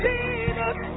Jesus